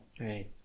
right